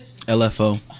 LFO